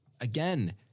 again